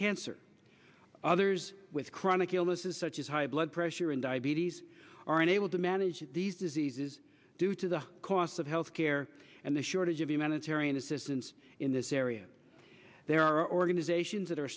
cancer others with chronic illnesses such as high blood pressure and diabetes are unable to manage these diseases due to the high cost of health care and the shortage of humanitarian assistance in this area there are organizations that are